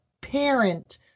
parent